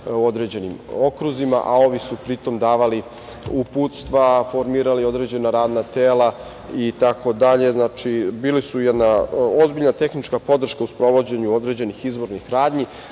određenim okruzima, a ovi su pri tom davali uputstva, formirali određena radna tela, itd. Znači, bili su jedna ozbiljna tehnička podrška u sprovođenju određenih izbornih radnji.